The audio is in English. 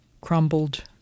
crumbled